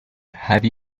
have